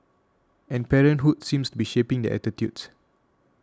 and parenthood seems to be shaping their attitudes